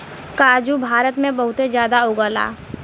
काजू भारत में बहुते जादा उगला